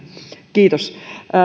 kiitos